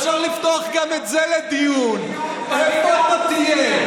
אפשר לפתוח גם את זה לדיון: איפה אתה תהיה.